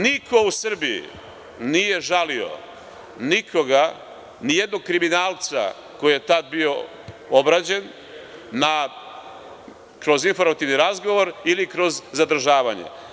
Niko u Srbiji nije žalio nikoga, ni jednog kriminalca koji je tad bio obrađen kroz informativni razgovor ili kroz zadržavanje.